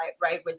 right